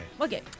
Okay